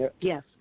Yes